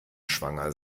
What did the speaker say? schwanger